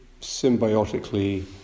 symbiotically